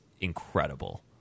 incredible